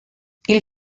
hil